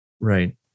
Right